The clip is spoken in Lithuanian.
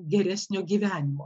geresnio gyvenimo